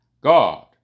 God